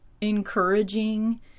encouraging